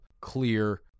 clear